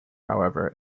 however